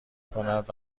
کند